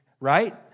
right